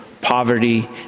poverty